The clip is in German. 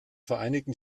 vereinigten